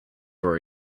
were